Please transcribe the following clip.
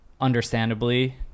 understandably